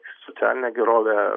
socialinė gerovė